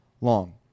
long